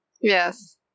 Yes